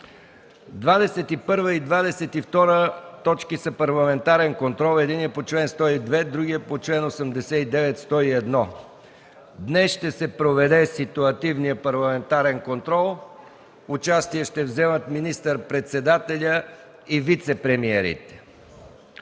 21 и 22 са Парламентарен контрол – единият по чл. 102, а другият по чл. 89-101. Днес ще се проведе ситуативният Парламентарен контрол. Участие ще вземат министър-председателят и вицепремиерите.